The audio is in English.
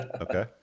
Okay